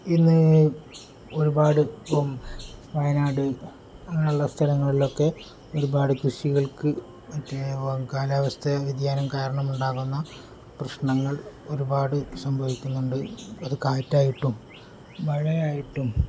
ഇന്ന് ഒരുപാടിപ്പോള് വയനാട് അങ്ങനെയുള്ള സ്ഥലങ്ങളിലൊക്കെ ഒരുപാട് കൃഷികൾക്കു മറ്റേ കാലാവസ്ഥാ വ്യതിയാനം കാരണമുണ്ടാകുന്ന പ്രശ്നങ്ങൾ ഒരുപാട് സംഭവിക്കുന്നുണ്ട് അതു കാറ്റായിട്ടും മഴയായിട്ടും